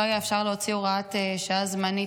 אי-אפשר היה להוציא הוראת שעה זמנית,